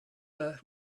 are